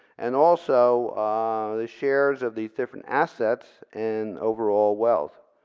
and also the shares of these different assets, and overall wealth.